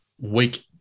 week